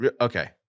Okay